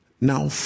Now